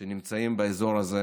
שנמצאים באזור הזה,